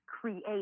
create